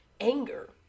anger